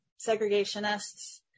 segregationists